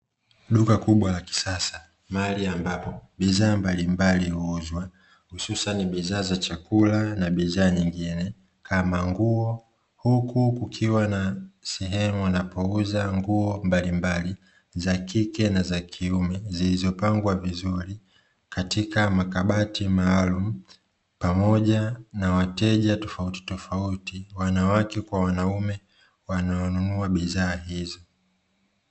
Duka kubwa la kisasa mahali ambapo bidhaa mbalimbali huuzwa hususani bidhaa za chakula na bidhaa nyingine kama nguo, huku kukiwa na sehemu wanapouza nguo mbalimbali za kike na za kiume zilizopangwa vizuri katika makabati maalumu pamoja na wateja tofauti tofauti, wanawake kwa wanaume wanaonunua bidhaa hizi.